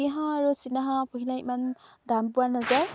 পাতিহাঁহ আৰু চীনাহাঁহ পহিলে ইমান দাম পোৱা নাযায়